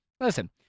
listen